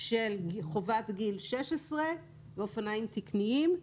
של חובת גיל 16 ואופניים תקניים.